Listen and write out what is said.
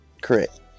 Correct